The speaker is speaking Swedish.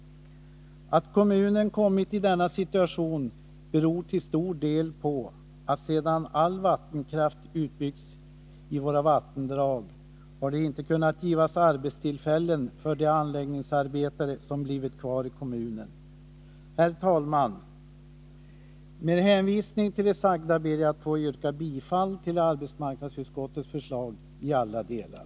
Att kommunen kommit i denna situation beror till stor del på att det sedan all vattenkraft utbyggts i våra vattendrag inte kunnat ges arbetstillfällen för de anläggningsarbetare som blivit kvar i kommunen. Herr talman! Med hänvisning till det sagda ber jag att få yrka bifall till arbetsmarknadsutskottets förslag i alla delar.